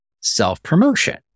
self-promotion